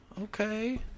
Okay